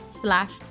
slash